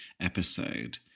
episode